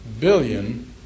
billion